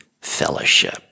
fellowship